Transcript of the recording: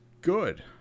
good